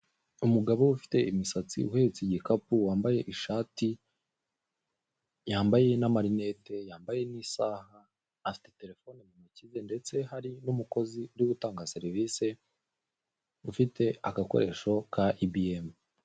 Umugabo ufite imisatsi uhetse igikapu, wambaye ishati, yambaye na marinete, yambaye n'isaha, afite telefone mu ntoki ze, ndetse hari n'umukozi uri gutanga serivisi, ufite agakoresho ka ibm.